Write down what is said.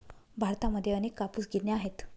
भारतामध्ये अनेक कापूस गिरण्या आहेत